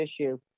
issue